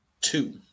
Two